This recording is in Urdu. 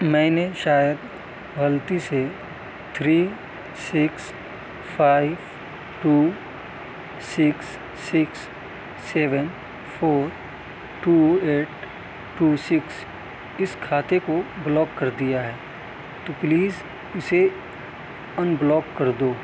میں نے شاید غلطی سے three six five two six six seven four two eight two six اس کھاتے کو بلاک کر دیا ہے تو پلیز اسے ان بلاک کر دو